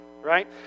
right